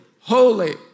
holy